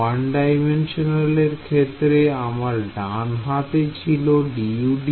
1D র ক্ষেত্রে আমার ডান হাতে ছিল dudx